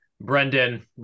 Brendan